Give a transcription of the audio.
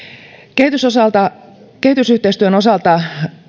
kehitysyhteistyön osalta